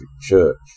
Church